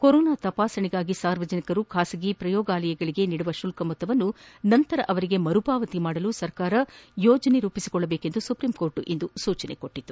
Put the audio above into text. corona ತಪಾಸಣೆಗಾಗಿ ಸಾರ್ವಜನಿಕರು ಖಾಸಗಿ ಪ್ರಯೋಗಾಲಯಗಳಿಗೆ ನೀಡುವ ಶುಲ್ಕ ಮೊತ್ತವನ್ನು ನಂತರ ಅವರಿಗೆ ಮರುಪಾವತಿ ಮಾಡಲು ಸರ್ಕಾರ ಯೋಜನೆ ರೂಪಿಸಿಕೊಳ್ಳಬೇಕು ಎಂದು ಸುಪ್ರೀಂಕೋರ್ಟ್ ಇಂದು ಸೂಚಿಸಿದೆ